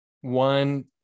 one